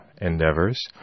endeavors